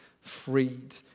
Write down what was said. freed